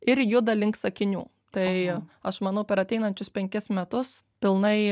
ir juda link sakinių tai aš manau per ateinančius penkis metus pilnai